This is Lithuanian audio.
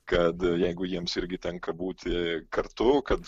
kad jeigu jiems irgi tenka būti kartu kad